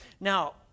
now